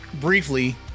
briefly